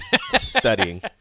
studying